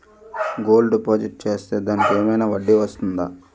Gold deposit చేస్తే దానికి ఏమైనా వడ్డీ వస్తుందా?